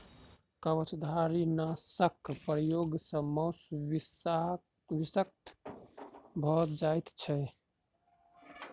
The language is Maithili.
कवचधारीनाशक प्रयोग सॅ मौस विषाक्त भ जाइत छै